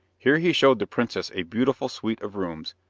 here he showed the princess a beautiful suite of rooms,